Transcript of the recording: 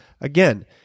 Again